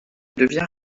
devient